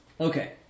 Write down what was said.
Okay